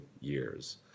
years